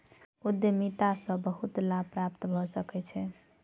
उद्यमिता सॅ बहुत लाभ प्राप्त भ सकै छै